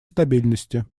стабильности